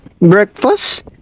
Breakfast